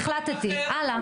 הלאה.